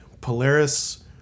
Polaris